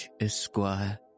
esquire